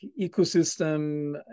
ecosystem